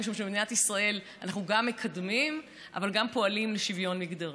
משום שבמדינת ישראל אנחנו גם מקדמים אבל גם פועלים לשוויון מגדרי,